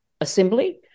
Assembly